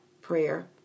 prayer